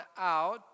out